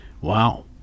Wow